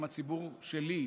הם "הציבור שלי",